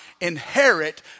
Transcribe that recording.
inherit